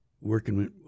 working